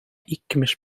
иккӗмӗш